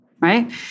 Right